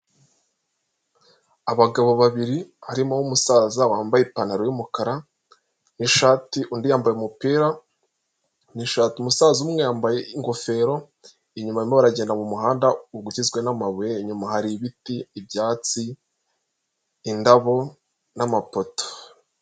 Abagabo babiri, harimo uw'umusaza wambaye ipantaro y'umukara n'ishati, undi yambaye umupira n'ishati. Umusaza umwe yambaye ingofero, inyuma barimo baragenda mu muhanda ugizwe n'amabuye, inyuma hari ibiti, ibyatsi, indabo, n'amapoto.